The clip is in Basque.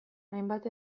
hainbat